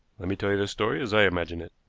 let me tell the story as i imagine it.